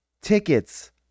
tickets